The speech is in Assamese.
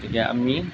গতিকে আমি